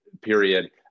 period